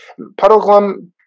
Puddleglum